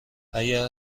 اگر